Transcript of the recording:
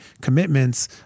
commitments